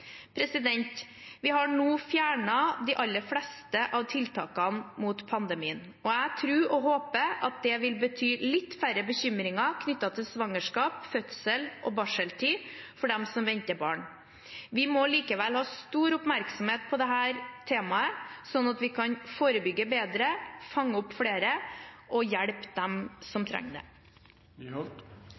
Vi har nå fjernet de aller fleste av tiltakene mot pandemien. Jeg tror og håper at det vil bety litt færre bekymringer knyttet til svangerskap, fødsel og barseltid for dem som venter barn. Vi må likevel ha stor oppmerksomhet på dette temaet, sånn at vi kan forebygge bedre, fange opp flere og hjelpe dem som trenger det.